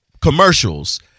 commercials